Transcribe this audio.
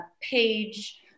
page